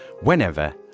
whenever